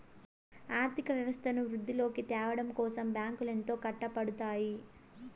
ఆర్థిక వ్యవస్థను వృద్ధిలోకి త్యావడం కోసం బ్యాంకులు ఎంతో కట్టపడుతాయి